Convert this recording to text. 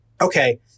okay